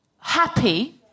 Happy